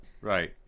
Right